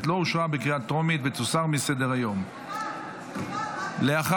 אני קובע כי הצעת חוק החברות (תיקון, מכסות